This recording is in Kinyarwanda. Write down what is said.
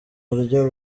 buryo